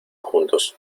juntos